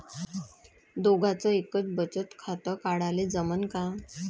दोघाच एकच बचत खातं काढाले जमनं का?